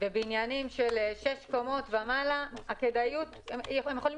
ובניינים של שש קומות ומעלה הם יכולים